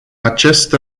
acest